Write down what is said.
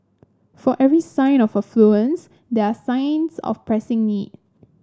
for every sign of affluence there are signs of pressing need